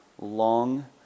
long